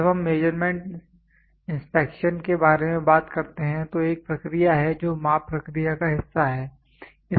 जब हम measurement inspection के बारे में बात करते हैं तो एक प्रक्रिया है जो माप प्रक्रिया का हिस्सा है